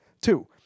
Two